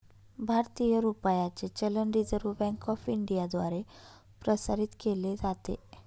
भारतीय रुपयाचे चलन रिझर्व्ह बँक ऑफ इंडियाद्वारे प्रसारित केले जाते